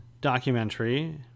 documentary